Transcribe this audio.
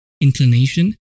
inclination